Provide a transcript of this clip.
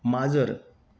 माजर